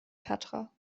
tatra